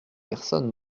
personne